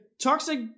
toxic